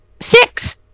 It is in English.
six